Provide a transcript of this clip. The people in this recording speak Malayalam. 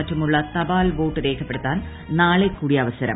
മറ്റുമുള്ള തപാൽവോട്ട് രേഖഉപ്പിടുത്താൻ നാളെ കൂടി അവസരം